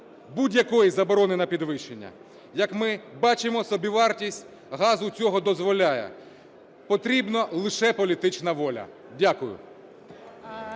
будь-якої заборони на підвищення. Як ми бачимо, собівартість газу цього дозволяє, потрібна лише політична воля. Дякую.